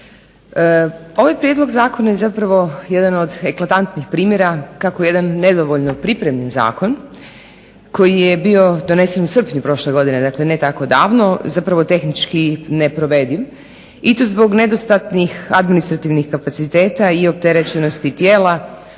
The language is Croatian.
Ovaj Prijedlog zakona je jedan od eklatantnih primjera kako jedan nedovoljno pripremljen Zakon koji je bio donesen u srpnju prošle godine, dakle ne tako davno, zapravo tehnički neprovediv i to zbog nedostatnih administrativnih kapaciteta i opterećenosti tijela